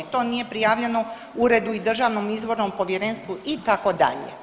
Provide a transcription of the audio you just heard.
To nije prijavljeno uredu i Državnom izbornom povjerenstvu itd.